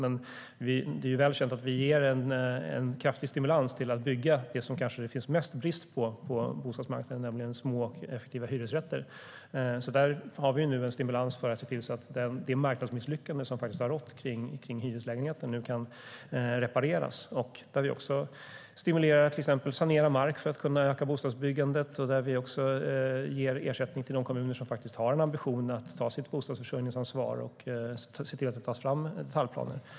Men det är väl känt att vi ger en kraftig stimulans för att bygga det som det kanske på bostadsmarknaden är mest brist på, nämligen små och effektiva hyresrätter. Vi har nu en stimulans för att se till att det marknadsmisslyckande som har rått kring hyreslägenheter kan repareras. Det handlar till exempel också om att sanera mark för att kunna öka bostadsbyggandet, och vi ger ersättning till de kommuner som har en ambition att ta sitt bostadsförsörjningsansvar och ser till att det tas fram detaljplaner.